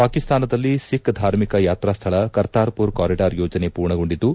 ಪಾಕಿಸ್ತಾನದಲ್ಲಿ ಸಿಬ್ ಧಾರ್ಮಿಕ ಯಾತ್ರಾಸ್ತಳ ಕರ್ತಾರ್ಪುರ್ ಕಾರಿಡಾರ್ ಯೋಜನೆ ಪೂರ್ಣಗೊಂಡಿದ್ದು